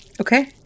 Okay